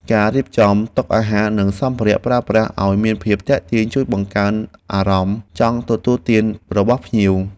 ការរៀបចំតុអាហារនិងសម្ភារៈប្រើប្រាស់ឱ្យមានភាពទាក់ទាញ ជួយបង្កើនអារម្មណ៍ចង់ទទួលទានរបស់ភ្ញៀវ។